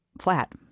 flat